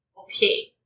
Okay